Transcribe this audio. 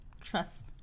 Trust